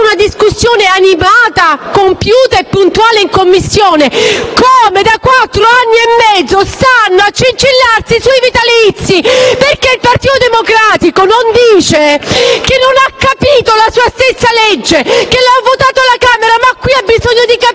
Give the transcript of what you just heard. una discussione animata, compiuta e puntuale in Commissione, come da quattro anni e mezzo stanno a gingillarsi sui vitalizi, perché il Partito Democratico non dice che non ha capito la sua stessa legge, che ha votato alla Camera ma qui invece ha bisogno di capire,